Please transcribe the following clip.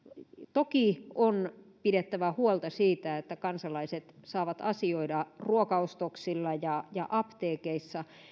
toki on pidettävä huolta siitä että kansalaiset saavat asioida ruokaostoksilla ja ja apteekeissa